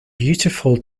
beautiful